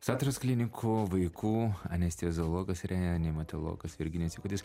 santaros klinikų vaikų anesteziologas reanimatologas virginijus jakutis